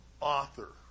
author